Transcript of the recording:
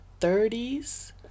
30s